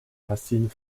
racines